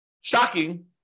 shocking